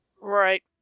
Right